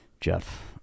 Jeff